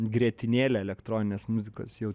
grietinėlė elektroninės muzikos jau